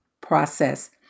process